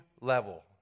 level